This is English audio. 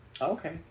Okay